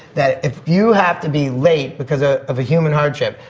that if you have to be late because ah of a human hardship,